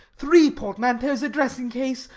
three portmanteaus, a dressing-case,